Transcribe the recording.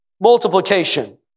Multiplication